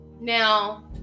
Now